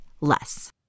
less